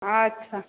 अच्छा